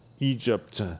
Egypt